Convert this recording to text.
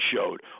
showed